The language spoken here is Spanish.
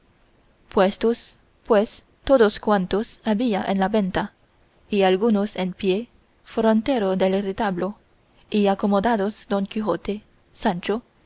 salían puestos pues todos cuantos había en la venta y algunos en pie frontero del retablo y acomodados don quijote sancho